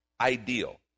ideal